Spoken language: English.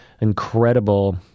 incredible